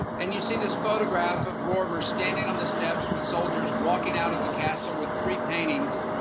and you see this photograph of rorimer standing on the steps with soldiers walking out of the castle with three paintings,